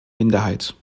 minderheit